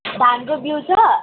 धानको बिउ छ